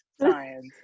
science